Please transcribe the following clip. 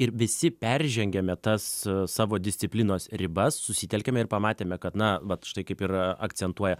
ir visi peržengiame tas savo disciplinos ribas susitelkiame ir pamatėme kad na vat štai kai ir akcentuoja